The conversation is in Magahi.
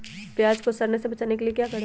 प्याज को सड़ने से बचाने के लिए क्या करें?